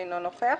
אינו נוכח.